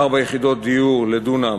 ארבע יחידות דיור לדונם